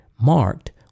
marked